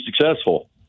successful